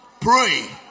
Pray